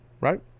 right